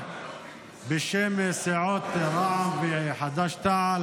בשם סיעות רע"מ וחד"ש-תע"ל,